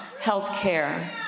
healthcare